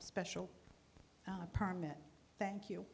special permit thank you